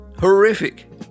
Horrific